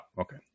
okay